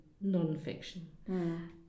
non-fiction